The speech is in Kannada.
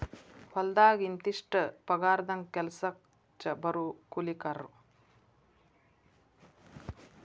ಹೊಲದಾಗ ಇಂತಿಷ್ಟ ಪಗಾರದಂಗ ಕೆಲಸಕ್ಜ ಬರು ಕೂಲಿಕಾರರು